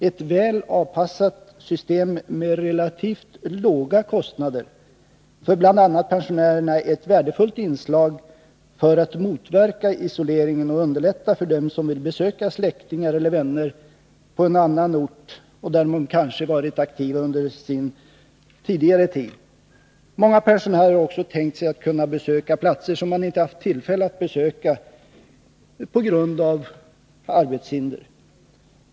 Ett väl avpassat system med relativt låga kostnader för bl.a. pensionärerna är ett värdefullt inslag i strävandena att motverka isoleringen och göra det lättare för pensionärerna att besöka släktingar och vänner på en ort där de kanske varit bosatta under sin aktiva tid. Många pensionärer har också tänkt sig att kunna besöka platser som de inte haft tillfälle att besöka tidigare på grund av arbetshinder.